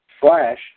Flash